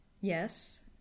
Yes